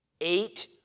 Eight